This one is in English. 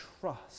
trust